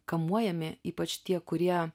kamuojami ypač tie kurie